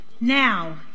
Now